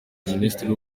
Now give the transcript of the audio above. minisitiri